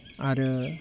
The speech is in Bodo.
आरो